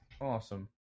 Awesome